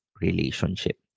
relationship